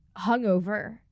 hungover